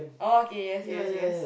oh okay yes yes yes